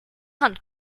hand